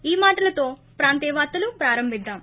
ఈ మాటలతో ప్రాంతీయ వార్తలు ప్రారంబిద్రాం